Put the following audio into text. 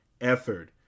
effort